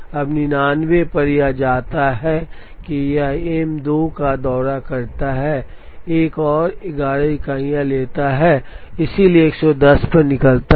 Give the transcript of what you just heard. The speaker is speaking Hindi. अब 99 पर यह जाता है कि यह एम 2 का दौरा करता है एक और 11 इकाइयाँ लेता है इसलिए 110 पर निकलता है